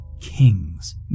kings